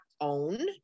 own